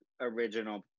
original